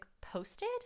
posted